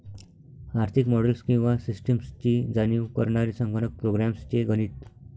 आर्थिक मॉडेल्स किंवा सिस्टम्सची जाणीव करणारे संगणक प्रोग्राम्स चे गणित